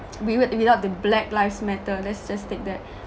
wi~ wo~ without the black lives matter let's just take that